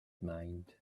mind